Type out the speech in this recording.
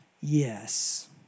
Yes